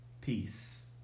peace